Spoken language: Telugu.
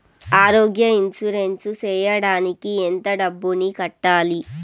ఆరోగ్య ఇన్సూరెన్సు సేయడానికి ఎంత డబ్బుని కట్టాలి?